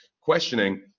questioning